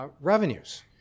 revenues